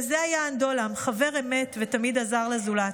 כזה היה אנדועלם, חבר אמת, ותמיד עזר לזולת.